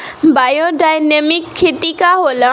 Biodynamic खेती का होला?